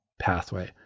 pathway